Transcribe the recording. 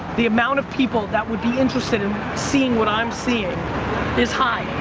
the amount of people that would be interested in seeing what i'm seeing is high,